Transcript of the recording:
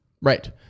Right